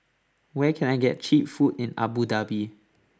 where can I get cheap food in Abu Dhabi